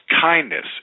kindness